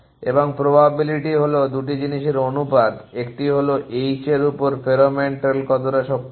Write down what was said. এবং প্রোবাবিলিটি হলো দুটো জিনিসের অনুপাত একটি হলো h এর উপর ফেরোমন ট্রেইল কতটা শক্তিশালী